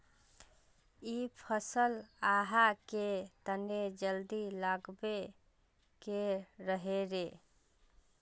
इ फसल आहाँ के तने जल्दी लागबे के रहे रे?